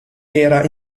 era